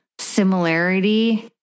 similarity